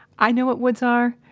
i know what woods are,